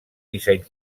disseny